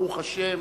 ברוך השם,